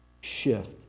shift